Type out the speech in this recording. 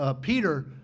Peter